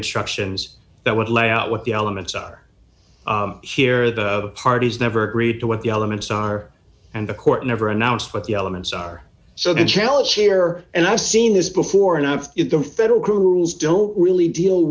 instructions that would lay out what the elements are here the parties never agreed to what the elements are and the court never announced what the elements are so the challenge here and i've seen this before enough in the federal rules don't really deal